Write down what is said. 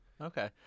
Okay